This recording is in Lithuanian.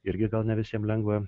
irgi gal ne visiems lengva